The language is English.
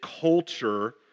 culture